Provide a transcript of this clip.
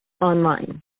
online